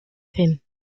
crime